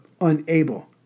unable